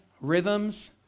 rhythms